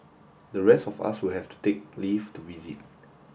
the rest of us will have to take leave to visit